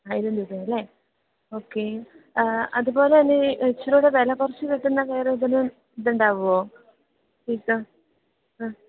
ആയിരം രൂപയാണ് അല്ലേ ഓക്കെ അതുപോലെത്തന്നെ ഈ ഇച്ചിരികൂടെ വില കുറച്ച് കിട്ടുന്ന വേറെ ഏതെങ്കിലും ഇതുണ്ടാവുമോ ഇത് ആ